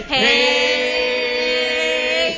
Hey